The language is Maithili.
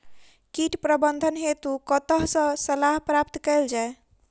कीट प्रबंधन हेतु कतह सऽ सलाह प्राप्त कैल जाय?